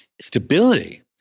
stability